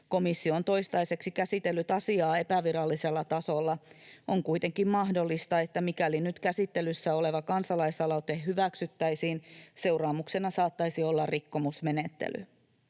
Komissio on toistaiseksi käsitellyt asiaa epävirallisella tasolla. On kuitenkin mahdollista, että mikäli nyt käsittelyssä oleva kansalaisaloite hyväksyttäisiin, seuraamuksena saattaisi olla rikkomusmenettely.